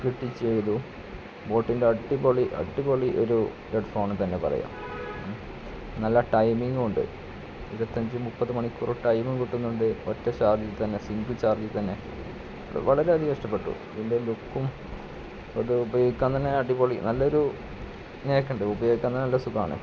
കിട്ടിച്ചെയ്തു ബോട്ടിൻ്റെ അടിപൊളി അടിപൊളി ഒരു ഹെഡ്ഫോണ് തന്നെ പറയാം നല്ല ടൈമിങ്ങുമുണ്ട് ഇരുപത്തഞ്ച് മുപ്പത് മണിക്കൂര് ടൈമും കിട്ടുന്നുണ്ട് ഒറ്റച്ചാർജ്ജിൽത്തന്നെ സിങ്കിൾ ചാർജ്ജിൽത്തന്നെ വളരെയധികം ഇഷ്ടപ്പെട്ടു ഇതിൻ്റെ ബുക്കും ഉപയോഗിക്കാന് തന്നെ അടിപൊളി നല്ലൊരു നാക്കുണ്ട് ഉപയോഗിക്കാന് തന്നെ നല്ല സുഖമാണ്